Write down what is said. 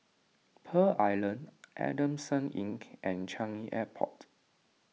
Pearl Island Adamson Innk and Changi Airport